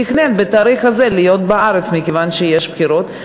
תכנן בתאריך הזה להיות בארץ מכיוון שיש בחירות.